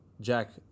Jack